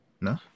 No